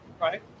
right